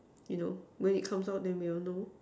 you know when it comes out then we'll know